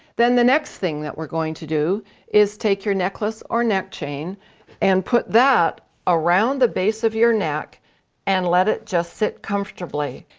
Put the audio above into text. then the next thing that we're going to do is take your necklace or neck chain and put that around the base of your neck and let it just sit comfortably.